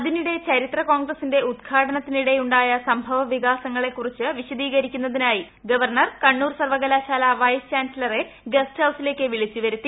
അതിനിടെ ചരിത്ര കോൺഗ്രസിന്റെ ഉദ്ഘാടനത്തിനിടെയുണ്ടായ സംഭവ വികാസങ്ങളെക്കുറിച്ച് വിശദ്രീകരിക്കന്നതിനായി ഗവർണർ കണ്ണൂർ സർവ്വകലാശാല വൈസ് ചാൻസ്ലറെ ഗസ്റ്റ് ഹൌസിലേക്ക് വിളിച്ചു വരുത്തി